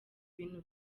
ibintu